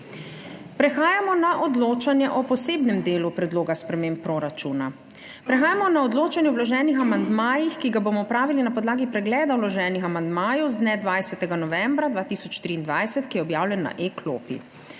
Prehajamo na odločanje o posebnem delu predloga sprememb proračuna. Prehajamo na odločanje o vloženih amandmajih, ki ga bomo opravili na podlagi pregleda vloženih amandmajev z dne 20. novembra 2023, ki je objavljen na e-klopi.